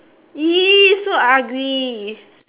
!ee! so ugly